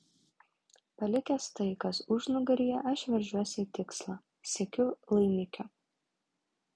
palikęs tai kas užnugaryje aš veržiuosi į tikslą siekiu laimikio